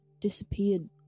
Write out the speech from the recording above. Disappeared